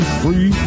free